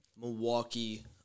Milwaukee